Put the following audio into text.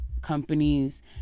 companies